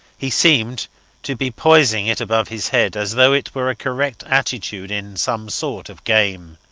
he seemed to be poising it above his head, as though it were a correct attitude in some sort of game.